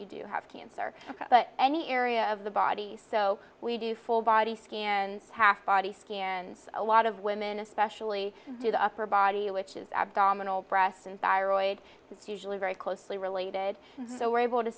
you do have cancer but any area of the body so we do full body scans half body scans a lot of women especially do the upper body which is abdominal breast and thyroid that's usually very closely related so we're able to